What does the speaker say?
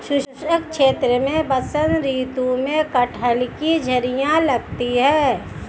शुष्क क्षेत्र में बसंत ऋतु में कटहल की जिरीयां लगती है